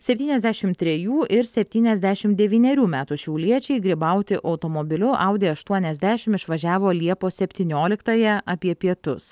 septyniasdešim trejų ir septyniasdešim devynerių metų šiauliečiai grybauti automobiliu audi aštuoniasdešim išvažiavo liepos septynioliktąją apie pietus